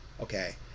okay